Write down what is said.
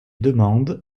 demande